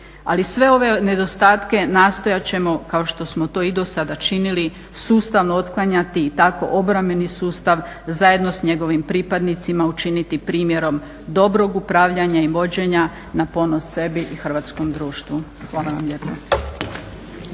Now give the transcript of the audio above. Ali sve ove nedostatke nastojat ćemo, kao što smo to i do sada činili, sustavno otklanjati, tako i obrambeni sustav zajedno s njegovim pripadnicima učiniti primjerom dobrog upravljanja i vođenja na ponos sebi i hrvatskom društvu. Hvala vam lijepa.